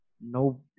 no